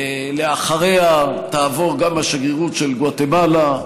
אחריה תעבור גם השגרירות של גואטמלה,